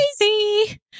crazy